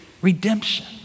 Redemption